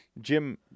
Jim